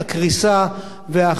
לכן הערתי,